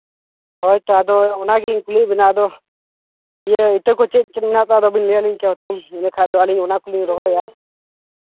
ᱦᱳᱭ ᱛᱚ ᱟᱫᱚ ᱚᱱᱟᱜᱤᱧ ᱠᱩᱞᱤᱭᱮᱫ ᱵᱮᱱᱟ ᱟᱫᱚ ᱤᱭᱟᱹ ᱤᱛᱟᱹ ᱠᱚ ᱪᱮᱫ ᱪᱮᱫ ᱢᱮᱱᱟᱜᱼᱟ ᱟᱫᱚ ᱵᱤᱱ ᱞᱟᱹᱭ ᱟᱹᱞᱤᱧ ᱠᱮᱭᱟ ᱢᱟᱹᱛᱠᱟᱹᱢ ᱱᱤᱭᱟᱹ ᱠᱷᱟᱡ ᱫᱚ ᱟᱹᱞᱤᱧ ᱱᱚᱣᱟ ᱠᱚᱞᱤᱧ ᱨᱚᱦᱚᱭᱟ